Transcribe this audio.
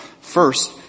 First